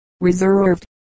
reserved